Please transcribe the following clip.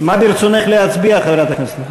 מה ברצונך להצביע, חברת הכנסת?